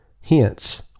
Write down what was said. Hence